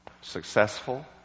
successful